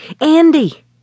Andy